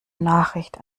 nachricht